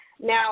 Now